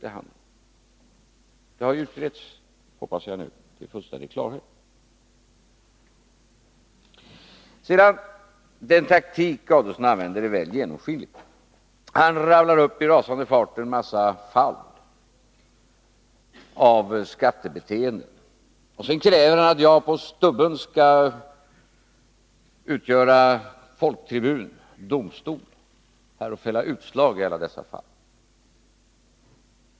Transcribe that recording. Det har nu utretts, hoppas jag, till fullständig klarhet. Den taktik Ulf Adelsohn använder är väl genomskinlig. Han rabblar i rasande fart upp en massa ”fall” av skattebeteenden, och så kräver han att jag på rak arm skall utgöra folktribun, domstol, och fälla utslag i alla dessa fall.